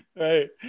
right